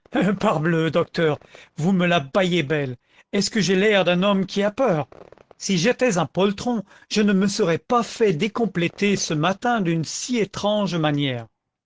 parbleu docteur vous me la baillez belle est-ce que j'ai l'air d'un homme qui a peur si j'étais un poltron je ne me serais pas fait dé compléter ce matin d'une si étrange manière